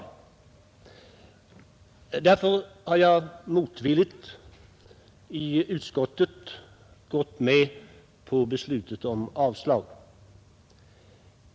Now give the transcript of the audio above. I utskottet har jag därför motvilligt varit med om beslutet om avstyrkande.